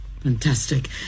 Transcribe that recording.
Fantastic